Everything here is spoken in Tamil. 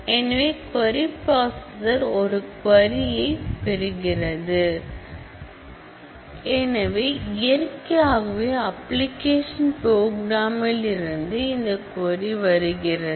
எனவே க்வரி பிராசஸர் ஒரு க்வரி ப் பெறுகிறது எனவே இயற்கையாகவே அப்ளிகேஷன் ப்ரோக்ராம் இருந்து இந்த க்வரி வருகிறது